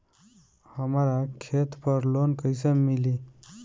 हमरा खेत पर लोन कैसे मिली?